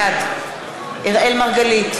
בעד אראל מרגלית,